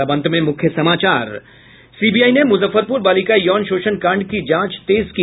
और अब अंत में मुख्य समाचार सीबीआई ने मूजफ्फरपूर बालिका यौन शोषण कांड की जांच तेज की